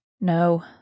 No